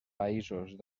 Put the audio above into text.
països